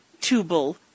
Tubal